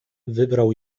wybrał